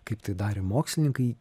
kaip tai darė mokslininkai